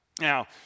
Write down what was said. Now